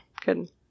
Good